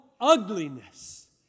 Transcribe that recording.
ugliness